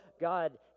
God